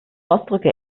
ausdrücke